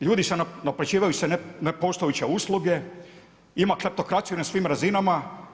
Ljudi se, naplaćuju se nepostojeće usluge, ima kleptokraciju na svim razinama.